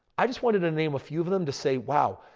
i just wanted to name a few of them to say, wow,